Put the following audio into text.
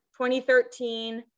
2013